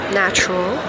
natural